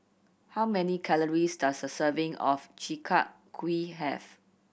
how many calories does a serving of Chi Kak Kuih have